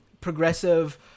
progressive